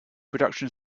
production